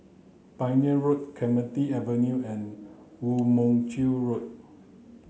Pioneer Road Clementi Avenue and Woo Mon Chew Road